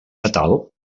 natal